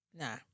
Nah